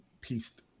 pieced